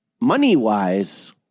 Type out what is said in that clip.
money-wise